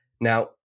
Now